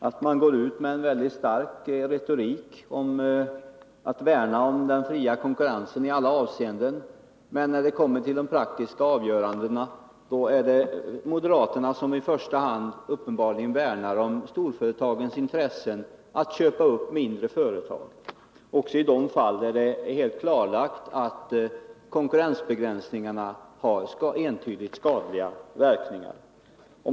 Moderaterna går ut med starkt retoriska uttalanden om att man skall värna den fria konkurrensen i alla avseenden, men när det kommer till de praktiska avgörandena är det moderaterna som i första hand uppenbarligen värnar om storföretagens intressen att köpa upp mindre företag, också i de fall där det är helt klarlagt att konkurrensbegränsningarna har entydigt skadliga verkningar.